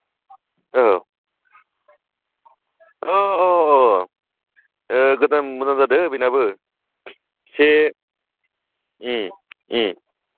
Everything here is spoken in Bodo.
औ गोदान मोजां जादों बेनाबो से